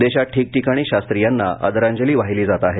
देशात ठिकठिकाणी शास्त्री यांना आदरांजली वाहिली जातआहे